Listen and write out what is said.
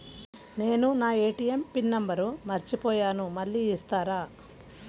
నేను నా ATM pin number మర్చిపోయాను మళ్ళీ ఇస్తారా?